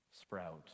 sprout